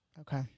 Okay